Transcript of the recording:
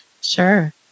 Sure